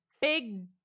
big